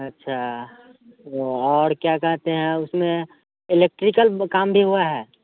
अच्छा और क्या कहते हैं उसमें इलेक्ट्रिकल ब काम भी हुआ है